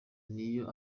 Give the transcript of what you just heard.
niyo